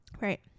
right